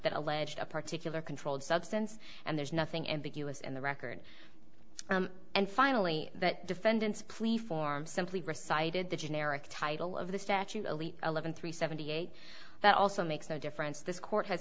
that alleged a particular controlled substance and there's nothing ambiguous and the record and finally that defendant's plea form simply recited the generic title of the statute only eleven three seventy eight that also makes no difference this court has